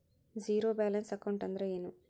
Zero balance account ಅಂದ್ರ ಏನು?